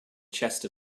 chest